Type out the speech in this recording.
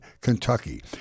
Kentucky